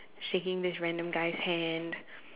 shaking this random guy's hand